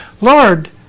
Lord